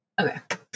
Okay